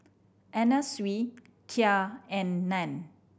Anna Sui Kia and Nan